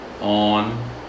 on